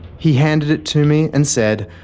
he handed it to me and said,